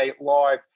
live